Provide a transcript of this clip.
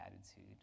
attitude